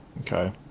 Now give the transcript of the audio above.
okay